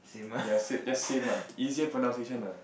ya same just same ah easier pronunciation ah